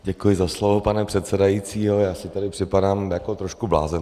Děkuji za slovo, pane předsedající, ale já si tady připadám jako trošku blázen.